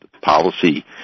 policy